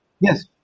Yes